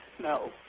No